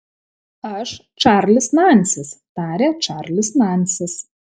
aš čarlis nansis tarė čarlis nansis